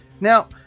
Now